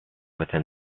within